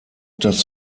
das